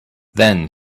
then